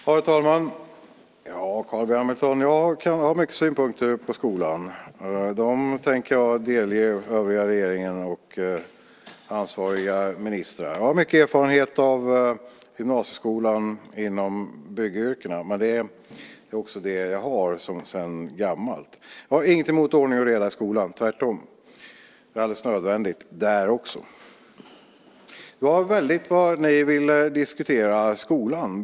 Herr talman! Jag har mycket synpunkter på skolan, Carl B Hamilton, och dem tänker jag delge övriga regeringen och ansvariga ministrar. Jag har mycket erfarenhet av gymnasieskolan inom byggyrkena, men det är också det jag har sedan gammalt. Jag har inget emot ordning och reda i skolan - tvärtom. Det är alldeles nödvändigt, där också. Det var väldigt vad ni båda två ville diskutera skolan.